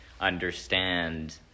understand